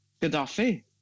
Gaddafi